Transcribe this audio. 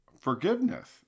forgiveness